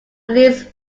least